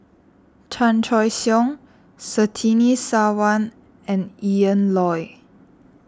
Chan Choy Siong Surtini Sarwan and Ian Loy